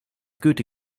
goethe